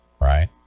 right